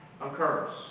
occurs